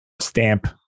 stamp